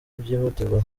byihutirwa